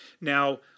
Now